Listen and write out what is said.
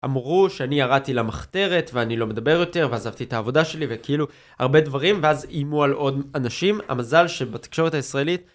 אמרו שאני ירדתי למכתרת ואני לא מדבר יותר ועזבתי את העבודה שלי וכאילו הרבה דברים ואז אימו על עוד אנשים המזל שבתקשורת הישראלית